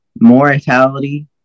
mortality